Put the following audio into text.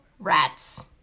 Rats